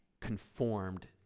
conformed